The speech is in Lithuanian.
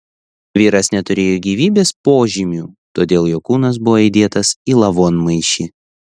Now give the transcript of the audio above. vyras neturėjo gyvybės požymių todėl jo kūnas buvo įdėtas į lavonmaišį